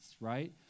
right